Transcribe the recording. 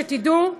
שתדעו,